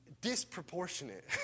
disproportionate